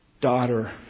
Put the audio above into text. Daughter